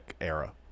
era